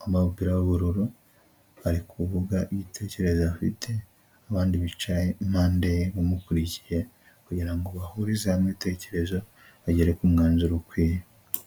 wambaye umupira w'ubururu ari kuvuga ibitekerezo afite, abandi bicaye impande ye bamukurikiye kugirango bahurize hamwe ibitekerezo, bagere ku mwanzuro ukwiye.